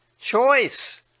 Choice